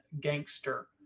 gangster